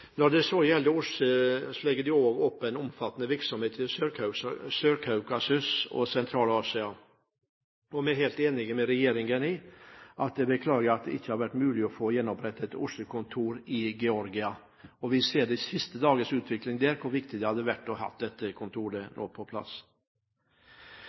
omfattende virksomhet i Sør-Kaukasus og Sentral-Asia. Vi er helt enig med regjeringen i at det er beklagelig at det ikke har vært mulig å få gjenopprettet OSSE-kontoret i Georgia. Vi ser av de siste dagers utvikling der, hvor viktig det hadde vært å ha dette kontoret